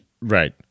right